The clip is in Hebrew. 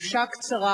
לחופשה קצרה,